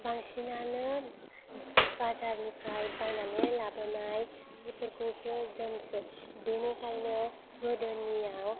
बांसिनानो बाजारनिफ्राय बायनानै लाबोनाय जिफोरखौसो जोमसै बेनिखायनो गोदोनियाव